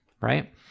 Right